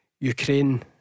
Ukraine